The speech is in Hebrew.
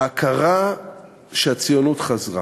ההכרה שהציונות חזרה,